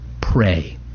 pray